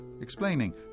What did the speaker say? explaining